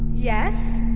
yes,